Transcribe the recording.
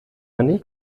man